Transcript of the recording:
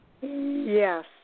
Yes